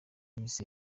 yayise